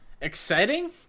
Exciting